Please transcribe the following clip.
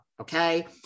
Okay